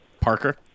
Parker